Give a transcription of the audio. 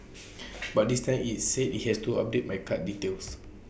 but this time IT said IT has to update my card details